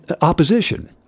opposition